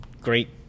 great